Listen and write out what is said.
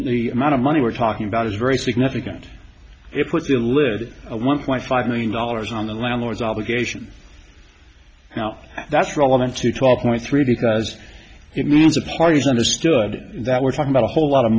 the amount of money we're talking about is very significant it puts a lid a one point five million dollars on the landlord's obligation now that's relevant to talk more three because it means the parties understood that we're talking about a whole lot of